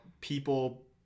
people